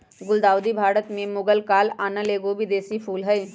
गुलदाऊदी भारत में मुगल काल आनल एगो विदेशी फूल हइ